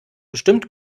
bestimmt